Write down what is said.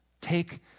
Take